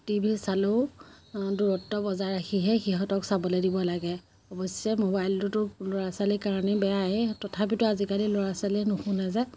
TV চালেও দূৰত্ব বজাই ৰাখিহে সিহঁতক চাবলে দিব লাগে অৱশ্যে মোবাইলটোতো ল'ৰা ছোৱালীৰ কাৰণেই বেয়াই তথাপিতো আজিকালি ল'ৰা ছোৱালীয়ে নুশুনে যে